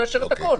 ונאשר את הכול.